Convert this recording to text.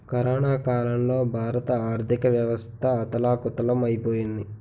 corona కాలంలో భారత ఆర్థికవ్యవస్థ అథాలకుతలం ఐపోయింది